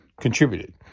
contributed